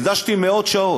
הקדשתי מאות שעות,